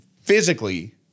physically